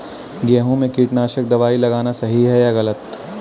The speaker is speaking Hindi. गेहूँ में कीटनाशक दबाई लगाना सही है या गलत?